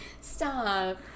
Stop